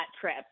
trip